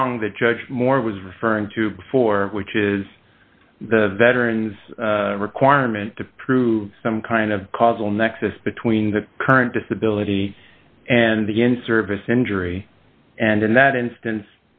prong that judge moore was referring to before which is the veteran's requirement to prove some kind of causal nexus between the current disability and the in service injury and in that instance